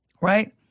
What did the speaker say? right